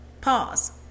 Pause